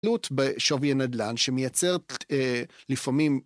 תלןת בשווי הנדל"ן שמייצרת לפעמים